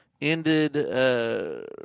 ended